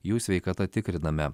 jų sveikata tikriname